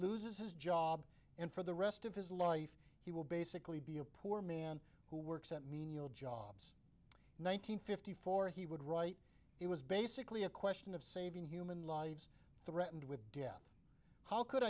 loses his job and for the rest of his life he will basically be a poor man who works at menial jobs one nine hundred fifty four he would write he was basically a question of saving human lives threatened with death how could